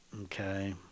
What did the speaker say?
Okay